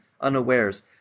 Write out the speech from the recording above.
unawares